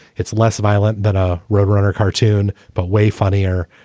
it's less violent than a roadrunner cartoon, but way funnier.